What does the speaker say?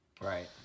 Right